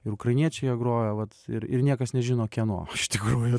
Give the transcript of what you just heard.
ir ukrainiečiai jie groja vat ir ir niekas nežino kieno iš tikrųjų